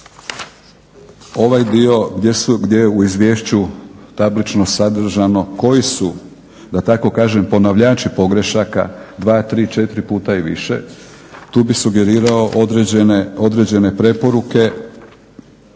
ovaj dio gdje je u Izvješću tablično sadržano koji su da tako kažem ponavljači pogrešaka, dva, tri, četiri puta i više, tu bi sugerirao određene preporuke